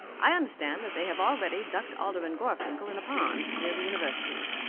i understand that they have already ducked alderman gorfinkel in a pond near the university.